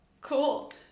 Cool